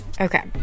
Okay